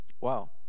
Wow